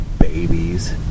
Babies